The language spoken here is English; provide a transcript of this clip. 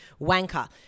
wanker